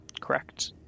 Correct